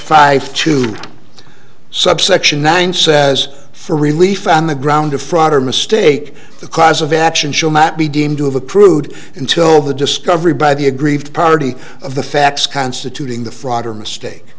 five two subsection nine says for relief on the ground of fraud or mistake the cause of action show map be deemed to have a prude until the discovery by the aggrieved party of the facts constituting the fraud or mistake